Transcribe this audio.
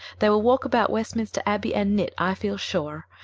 they will walk about westminster abbey and knit, i feel sure.